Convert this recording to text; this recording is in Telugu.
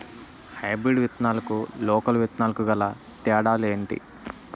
హైబ్రిడ్ విత్తనాలకు లోకల్ విత్తనాలకు గల తేడాలు ఏంటి?